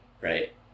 right